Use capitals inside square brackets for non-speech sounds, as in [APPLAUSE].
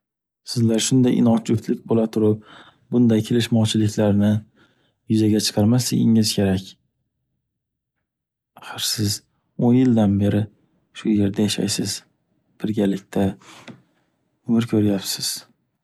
Sizlar shunday inoq juftlik bo’la turib, bunday kelishmovchiliklarni yuzaga chiqarmasligingiz kerak. Ahir siz o’n yildan beri shu yerda yashaysiz. Birgalikda [NOISE] umr ko’ryapsiz.